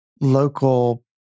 local